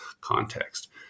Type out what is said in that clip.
context